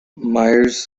myers